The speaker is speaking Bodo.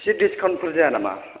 एसे दिस्काउन्टफोर जाया नामा